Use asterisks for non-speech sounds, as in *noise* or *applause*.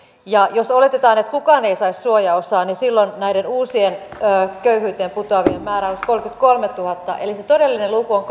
ja jos oletetaan että kukaan ei saisi suojaosaa niin silloin näiden uusien köyhyyteen putoavien määrä olisi kolmekymmentäkolmetuhatta eli se todellinen luku on *unintelligible*